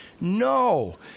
no